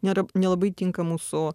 nėra nelabai tinka mūsų